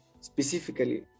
specifically